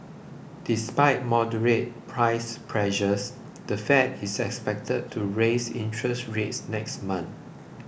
despite moderate price pressures the Fed is expected to raise interest rates next month